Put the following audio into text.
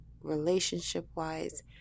relationship-wise